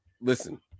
Listen